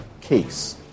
case